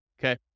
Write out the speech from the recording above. Okay